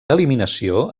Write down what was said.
eliminació